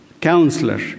counselor